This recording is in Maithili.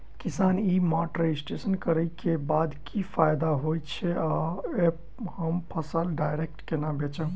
किसान ई मार्ट रजिस्ट्रेशन करै केँ बाद की फायदा होइ छै आ ऐप हम फसल डायरेक्ट केना बेचब?